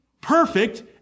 perfect